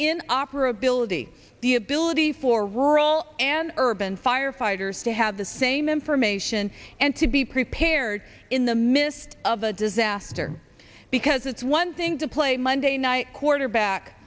in operability the ability for rural and urban firefighters to have the same information and to be prepared in the midst of a disaster because it's one thing to play monday night quarterback